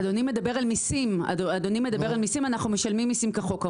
אדוני מדבר על מיסים, אנחנו משלמים מיסים כחוק.